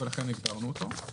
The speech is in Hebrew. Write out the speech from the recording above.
לכן הגדרנו אותו.